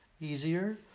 easier